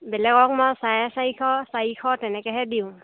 বেলেগক মই চাৰে চাৰিশ চাৰিশ তেনেকৈহে দিওঁ